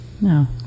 No